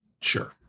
Sure